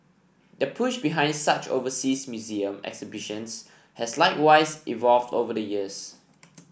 the push behind such overseas museum exhibitions has likewise evolved over the years